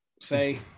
say